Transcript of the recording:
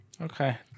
Okay